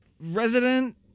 resident